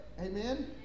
Amen